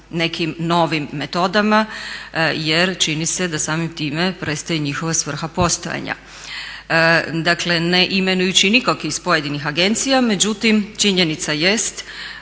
nekim novim metodama jer čini se da samim time prestaje njihova svrha postojanja. Dakle, ne imenujući nikog iz pojedinih agencija, međutim činjenica jest